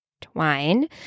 twine